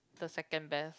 the second best